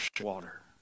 water